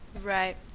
right